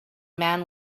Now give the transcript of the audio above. man